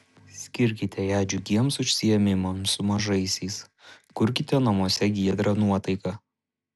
skirkite ją džiugiems užsiėmimams su mažaisiais kurkite namuose giedrą nuotaiką